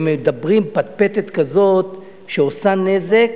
הם מדברים, פטפטת כזאת שעושה נזק